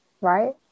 Right